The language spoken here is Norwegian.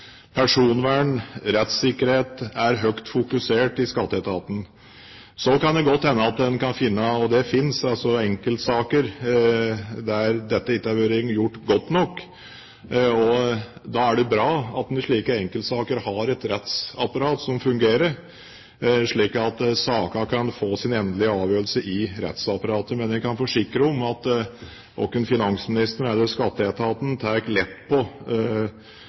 Personvern og rettssikkerhet er høyt fokusert i Skatteetaten. Så kan det godt hende at en kan finne – og det finnes – enkeltsaker der dette ikke har vært gjort godt nok. Da er det bra at en i slike enkeltsaker har et rettsapparat som fungerer, slik at sakene kan få sin endelige avgjørelse i rettsapparatet. Men jeg kan forsikre om at verken finansministeren eller Skatteetaten tar lett på